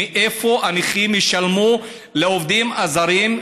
מאיפה הנכים ישלמו לעובדים הזרים,